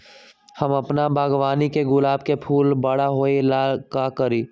हम अपना बागवानी के गुलाब के फूल बारा होय ला का करी?